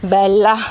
bella